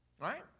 Right